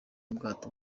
bwato